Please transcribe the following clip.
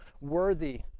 worthy